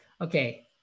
okay